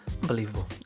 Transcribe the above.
Unbelievable